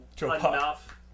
enough